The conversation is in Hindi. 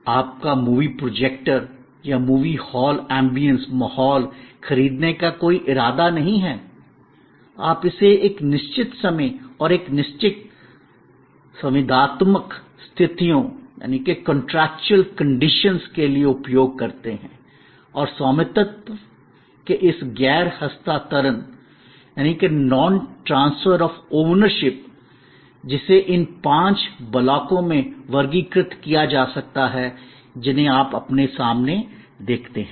आपका मूवी प्रोजेक्टर या मूवी हॉल एंबियंस माहौल खरीदने का कोई इरादा नहीं है आप इसे एक निश्चित समय और एक निश्चित संविदात्मक स्थितियों कॉन्ट्रेक्चुअल कंडीशंस contractual conditions के लिए उपयोग करते हैं और स्वामित्व के इस गैर हस्तांतरण non transfer of ownership non transfer of ownership जिसे इन पांच ब्लॉकों में वर्गीकृत किया जा सकता है जिन्हें आप अपने सामने देखते हैं